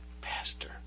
Pastor